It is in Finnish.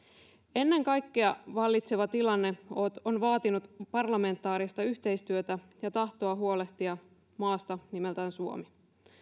ennen kaikkea vallitseva tilanne on vaatinut parlamentaarista yhteistyötä ja tahtoa huolehtia maasta nimeltä suomi